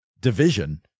division